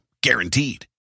Guaranteed